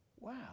wow